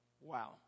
Wow